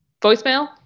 voicemail